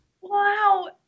Wow